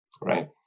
Right